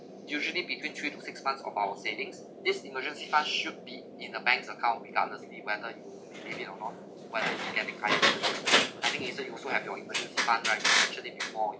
usually between three to six months of our savings this emergency fund should be in a bank's account regardlessly whether you you need it or not whether you get that kind of situation I think eason you also have your emergency fund right usually before it